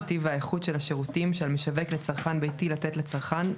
הטיב והאיכות של השירותים שעל משווק לצרכן ביתי לתת לצרכן,